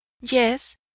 Yes